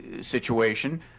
situation